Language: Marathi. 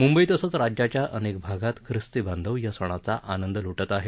मुंबई तसंच राज्याच्या अनेक भागात खिस्ती बांधव या सणाचा आंनद लुटत आहे